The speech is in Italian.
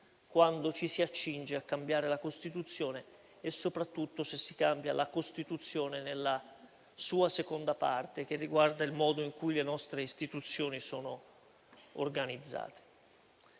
quando ci si accinge a cambiare la Costituzione, e soprattutto se si cambia la Costituzione nella sua Parte II, che riguarda il modo in cui le nostre istituzioni sono organizzate.